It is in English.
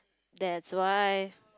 that's why